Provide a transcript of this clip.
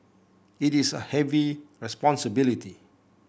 it is a heavy responsibility